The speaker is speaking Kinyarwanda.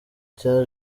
cya